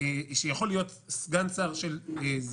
שיכול להיות סגן שר עם זיקה